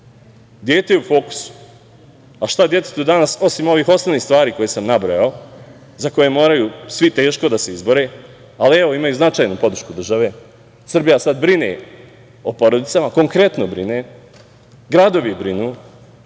Dete je u fokusu. Šta detetu danas osim ovih osnovnih stvari koje sam nabrojao za koje moraju svi teško da se izbore, ali, evo, ima i značajnu podršku države. Srbija sad brine o porodicama. Konkretno brine, gradovi brinu